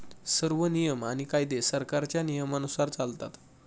सर्व नियम आणि कायदे सरकारच्या नियमानुसार चालतात